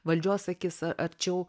valdžios akis arčiau